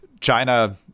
China-